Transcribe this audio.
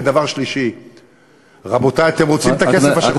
ודבר שלישי, רבותי, אתם רוצים את הכסף השחור?